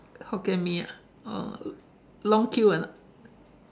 Hokkien-Mee ah oh long queue or not